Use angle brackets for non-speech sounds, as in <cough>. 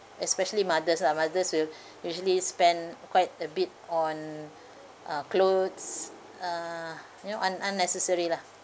especially mothers lah mothers will <breath> usually spend quite a bit on uh clothes uh you know un~ unnecessary lah